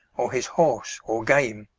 or his horse, or game.